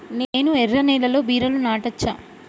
నేను ఎర్ర నేలలో బీరలు నాటచ్చా?